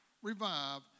Revive